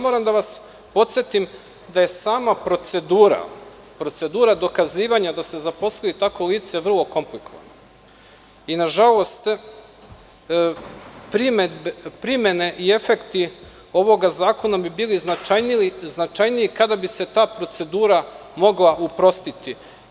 Moram da vas podsetim da je sama procedura, procedura dokazivanja da ste zaposlili takvo lice vrlo komplikovana, i nažalost, primene i efekti ovog zakona bi bili značajniji kada bi se ta procedura mogla uprostiti.